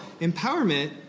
Empowerment